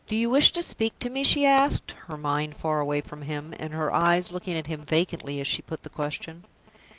do you wish to speak to me? she asked her mind far away from him, and her eyes looking at him vacantly as she put the question.